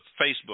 Facebook